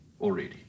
already